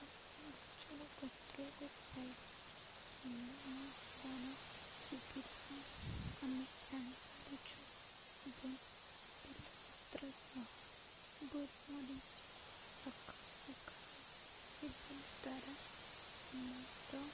ତୁଳସୀ ଗଛର ପତ୍ରକୁ ଖାଇଲେ ଥଣ୍ଡା ନ ହେବାର ସୁବିଧା ଆମେ ଜାଣିପାରୁଛୁ ଏବଂ ବେଲ ପତ୍ର ସହ ଗୋଲମରିଚ ସକାଳୁ ସକାଳୁ ସେବନ ଦ୍ୱାରା ଆମର